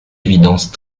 évidence